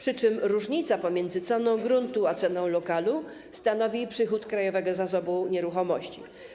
Różnica pomiędzy ceną gruntu a ceną lokalu stanowi przychód Krajowego Zasobu Nieruchomości.